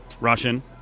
Russian